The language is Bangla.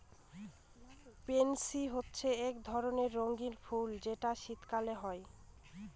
পেনসি হচ্ছে এক ধরণের রঙ্গীন ফুল যেটা শীতকালে হয়